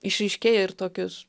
išryškėja ir tokius